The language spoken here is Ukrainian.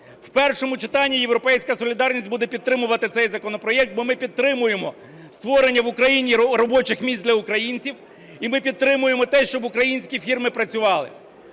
В першому читанні "Європейська солідарність" буде підтримувати цей законопроект, бо ми підтримуємо створення в Україні робочих місць для українців, і ми підтримуємо те, щоб українські фірми працювали.